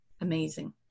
amazing